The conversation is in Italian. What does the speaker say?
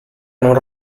non